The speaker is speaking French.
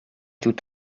tout